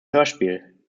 hörspiel